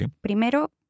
Primero